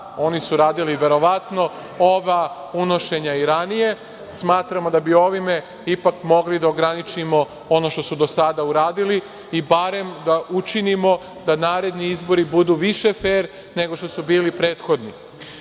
oni su radili verovatno ova unošenja i ranije. Smatramo da bi ovim ipak mogli da ograničimo ono što su do sada uradili i barem da učinimo da naredni izbori budu više fer nego što su bili prethodni.